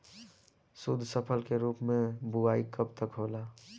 शुद्धफसल के रूप में बुआई कब तक होला?